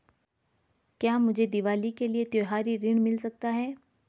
क्या मुझे दीवाली के लिए त्यौहारी ऋण मिल सकता है?